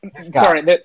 Sorry